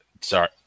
Sorry